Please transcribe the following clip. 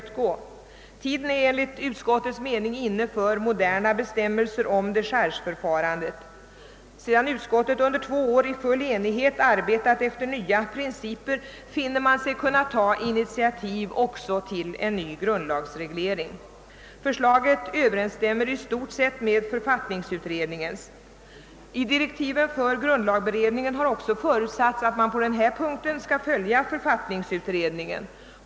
Tiden är enligt utskottets mening inne för modernare bestämmelser rörande dechargeförfarandet. Sedan utskottet under två år i full enighet arbetat efter nya principer har utskottet också funnit sig kunna ta initiativ till en ny grundlagsreglering. Förslaget överensstämmer i stort sett med författningsutredningens. I direktiven för grundlagberedningen har också förutsatts att man på den punkten skall följa författningsutredningen.